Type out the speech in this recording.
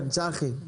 כן, צחי.